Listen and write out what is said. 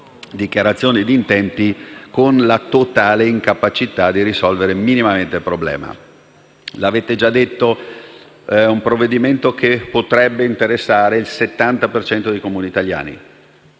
dichiarazioni d'intenti, con la totale incapacità di risolvere minimamente il problema. Come avete già detto, si tratta di un provvedimento che potrebbe interessare il 70 per cento dei Comuni italiani,